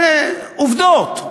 זה עובדות.